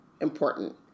important